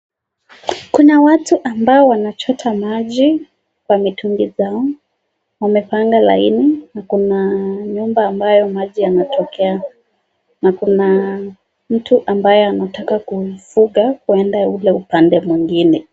Kuna watu ambao wanachota maji kwa mitungi zao, wamepanga laini, na kuna nyumba ambayo maji yanatokea, na kuna mtu ambaye anataka kuvuka wenda ile pande mwingine.